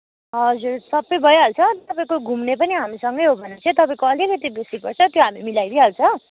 हजुर सबै भइहाल्छ तपाईँको घुम्ने पनि हामीसँगै हो भने चाहिँ तपाईँको अलिकति बेसी पर्छ त्यो हामी मिलाइदिइहाल्छ